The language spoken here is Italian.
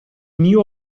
mio